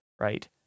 right